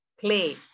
play